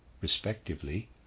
respectively